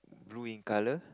blue in color